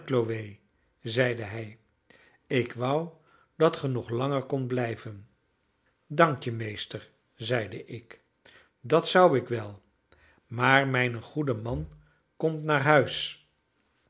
zeide hij ik wou dat ge nog langer kondt blijven dank je meester zeide ik dat zou ik wel maar mijn goede man komt naar huis